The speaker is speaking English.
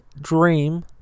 dream